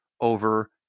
over